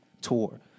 tour